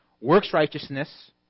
works-righteousness